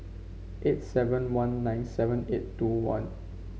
eight seven one nine seven eight two one